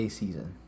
season